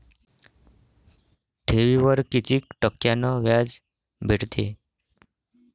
ठेवीवर कितीक टक्क्यान व्याज भेटते?